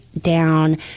down